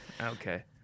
Okay